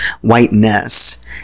Whiteness